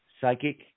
psychic